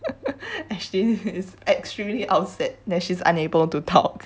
ashlyn is extremely upset that she's unable to talk